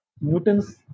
Newton's